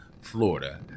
Florida